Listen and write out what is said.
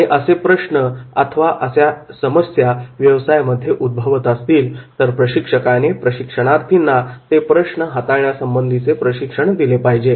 आणि असे प्रश्न अथवा समस्या व्यवसायामध्ये उद्भवत असतील तर प्रशिक्षकाने प्रशिक्षणार्थींना ते प्रश्न हाताळण्यासंबंधीचे प्रशिक्षण दिले पाहिजे